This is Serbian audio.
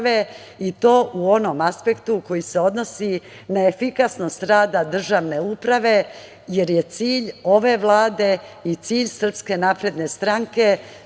i to u onom aspektu koji se odnosi na efikasnost rada državne uprave, jer je cilj ove Vlade i cilj SNS da organi državne